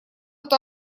эту